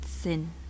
sin